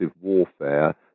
warfare